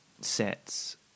sets